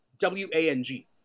W-A-N-G